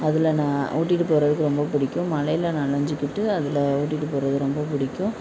அதில் நான் ஓட்டிட்டு போகிறதுக்கு ரொம்ப பிடிக்கும் மழையில நனைஞ்சிக்கிட்டு அதில் ஓட்டிட்டு போகிறது ரொம்ப பிடிக்கும்